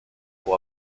pour